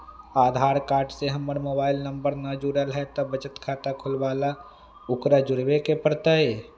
आधार card से हमर mobile number न जुरल है त बचत खाता खुलवा ला उकरो जुड़बे के पड़तई?